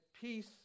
peace